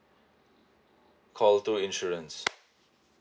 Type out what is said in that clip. call two insurance